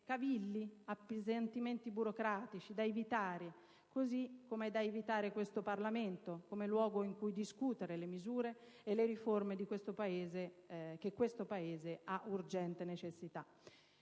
cavilli, appesantimenti burocratici da evitare, così come è da evitare questo Parlamento, come luogo in cui discutere le misure e le riforme di cui questo Paese ha urgente necessità.